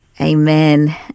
Amen